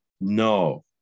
no